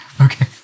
Okay